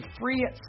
free